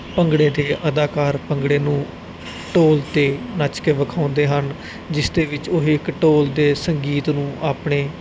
ਭੰਗੜੇ ਦੇ ਅਦਾਕਾਰ ਭੰਗੜੇ ਨੂੰ ਢੋਲ 'ਤੇ ਨੱਚ ਕੇ ਵਿਖਾਉਂਦੇ ਹਨ ਜਿਸ ਦੇ ਵਿੱਚ ਉਹੀ ਇੱਕ ਢੋਲ ਦੇ ਸੰਗੀਤ ਨੂੰ ਆਪਣੇ